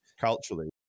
culturally